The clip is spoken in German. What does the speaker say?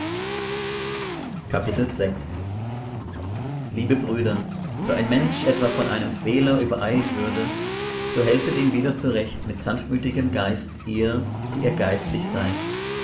liebe brüder so ein mensch etwa von einem fehler übereilt würde so helfet ihm wieder zurecht mit sanftmütigem geist ihr die ihr geistlich seid